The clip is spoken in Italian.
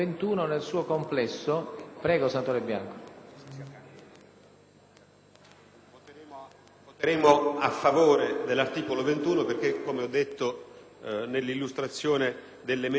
voteremo a favore dell'articolo 21 perché, come ho detto illustrando il mio emendamento, si tratta di un significativo passo avanti: